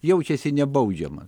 jaučiasi nebaudžiama